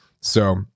So-